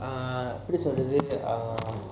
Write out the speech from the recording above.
ah எப்பிடி சொல்றது:epidi solrathu